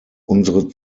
unsere